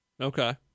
Okay